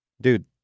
Dude